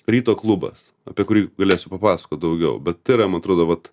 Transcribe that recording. ryto klubas apie kurį galėsiu papasakot daugiau bet tai yra man atrodo vat